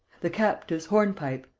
the captive's hornpipe.